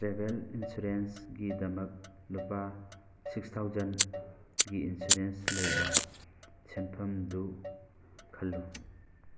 travel ꯏꯟꯁꯨꯔꯦꯟꯁꯒꯤꯗꯃꯛ ꯂꯨꯄꯥ six thousand ꯒꯤ ꯏꯟꯁꯨꯔꯦꯟꯁ ꯂꯩꯕ ꯁꯦꯟꯐꯝꯗꯨ ꯈꯜꯂꯨ